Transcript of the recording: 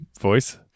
voice